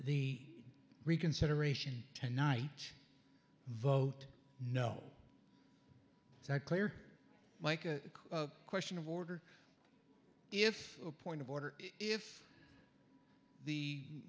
the reconsideration tonight vote no it's not clear like a question of order if a point of order if the